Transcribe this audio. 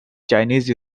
chinese